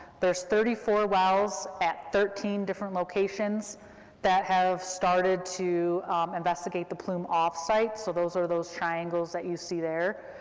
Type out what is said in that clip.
there's thirty four wells at thirteen different locations that have started to investigate the plume offsite, so those are those triangles that you see there.